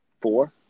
Four